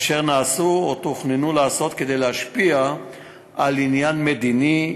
אשר נעשו או תוכננו לעשות כדי להשפיע על עניין מדיני,